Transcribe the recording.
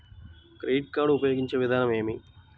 Credit card ఉపయోగించే విధానం ఏమి?